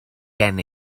gen